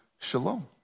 shalom